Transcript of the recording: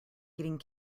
getting